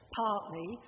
partly